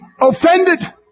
offended